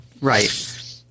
Right